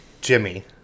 Jimmy